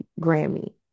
Grammy